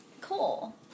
cool